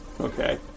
Okay